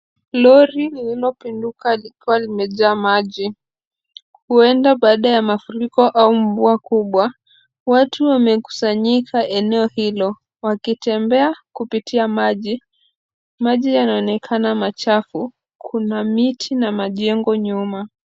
Lori lililopinduka likiwa limejaa maji huenda baada ya mafuriko au mvua kubwa. Watu wamekusanyika eneo hilo kutembea wakitumia maji. Watu wamejaa eneo hilo. Kuna miti na majengo nyuma.